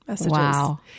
Wow